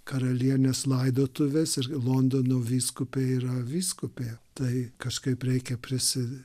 karalienės laidotuvės ir londono vyskupė yra vyskupė tai kažkaip reikia prisi